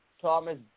Thomas